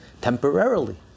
Temporarily